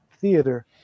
theater